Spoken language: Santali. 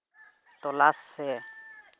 ᱛᱚᱞᱟᱥ ᱥᱮ